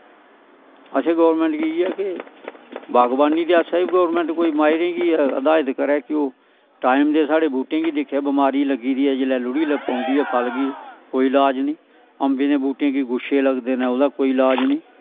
असें गौरमैंट गी इयै कि बागबानी आस्तै बी गौरमैंट कोई माहिरें गी हिदायत करै कि टाईम दे साढ़ै बूह्टें गी दिक्खै बमारी लग्गी दी ऐ जिसलै लुड़ी पौंदी ऐ फल गी कोई लाज नी अम्बैं दै बूह्टें गी गुच्छे लगदे न ओह्दा कोई लाज़ नी